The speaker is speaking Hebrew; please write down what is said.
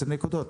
10 נקודות?